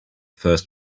first